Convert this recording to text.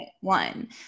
one